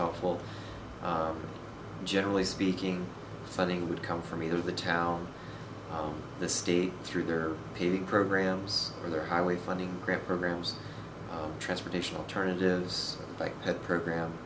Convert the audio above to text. helpful generally speaking funding would come from either the town the state through their paid programs or their highway funding grant programs transportation alternatives like that program